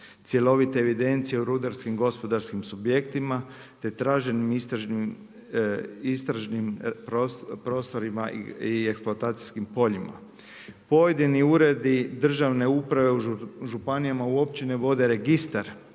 Cjelovite evidencije u rudarskim gospodarskim subjektima, te traženim istražnim prostorima i eksploatacijskim poljima. Pojedini uredi državne uprave, u županijama, u općinama, vode registar